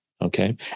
okay